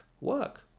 Work